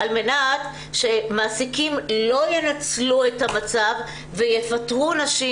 על מנת שמעסיקים לא ינצלו את המצב ויפטרו נשים,